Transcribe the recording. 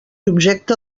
objecte